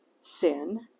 sin